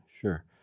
sure